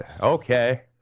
Okay